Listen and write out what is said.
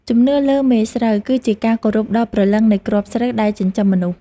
ជំនឿលើ "មេស្រូវ" គឺជាការគោរពដល់ព្រលឹងនៃគ្រាប់ស្រូវដែលចិញ្ចឹមមនុស្ស។